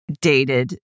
dated